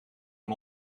van